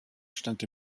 stand